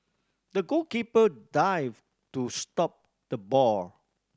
the goalkeeper dived to stop the ball